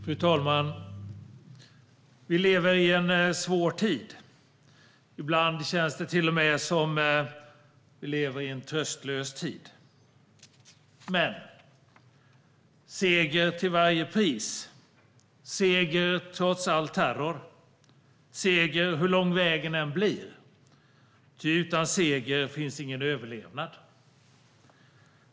Fru talman! Vi lever i en svår tid! Ibland känns det till och med som att vi lever i en tröstlös tid. Men: Seger till varje pris, seger trots all terror, seger hur lång vägen än blir, ty utan seger finns ingen överlevnad.